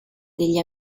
degli